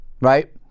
right